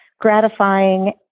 gratifying